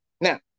Now